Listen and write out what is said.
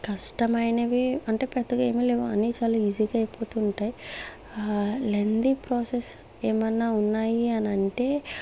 కష్టమైనవి అంటే పెద్దగా ఏమీ లేవు అని చాలా ఈజీ గా అయిపోతూ ఉంటాయి లెంతి ప్రాసెస్ ఏమన్నా ఉన్నాయి అననంటే